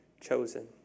chosen